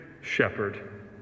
shepherd